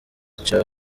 ica